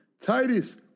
Titus